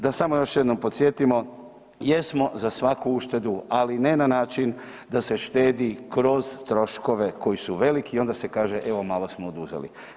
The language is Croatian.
Da samo još jednom podsjetimo, jesmo za svaku uštedu, ali ne na način da se štedi kroz troškove koji su veliki i onda se kaže evo malo smo oduzeli.